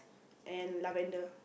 and Lavender